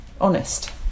honest